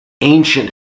ancient